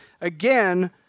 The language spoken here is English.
again